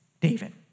David